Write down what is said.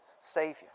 Savior